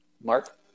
Mark